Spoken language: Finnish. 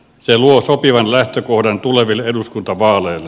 se luo sopivan lähtökohdan tuleville eduskuntavaaleille